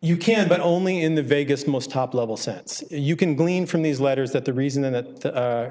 you can but only in the vaguest most top level sense you can glean from these letters that the reason that